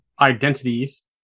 identities